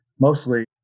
mostly